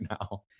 now